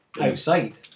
outside